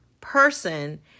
person